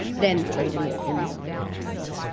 then freedom is similarly lost.